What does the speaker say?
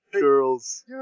girls